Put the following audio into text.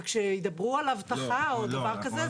וכשידברנו על אבטחה או דבר כזה,